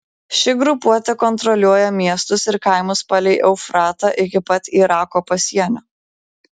ši grupuotė kontroliuoja miestus ir kaimus palei eufratą iki pat irako pasienio